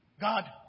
God